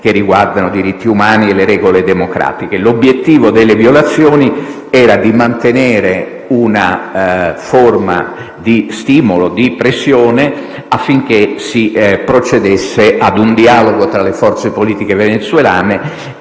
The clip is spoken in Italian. che riguardano i diritti umani e le regole democratiche. L'obiettivo delle violazioni era mantenere una forma di stimolo, di pressione, affinché si procedesse a un dialogo tra le forze politiche venezuelane